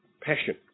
passion